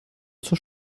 zur